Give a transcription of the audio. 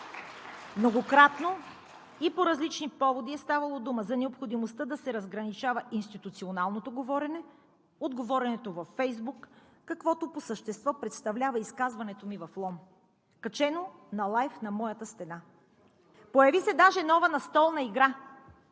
многократно и по различни поводи е ставало дума за необходимостта да се разграничава институционалното говорене от говоренето във Фейсбук, каквото по същество представлява изказването ми в Лом, качено на лайв на моята стена. Появи се даже нова настолна игра